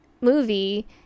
movie